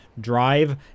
drive